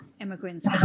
immigrants